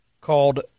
called